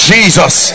Jesus